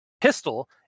pistol